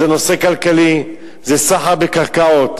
זה נושא כלכלי, זה סחר בקרקעות.